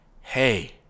Hey